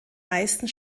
meisten